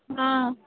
ହଁ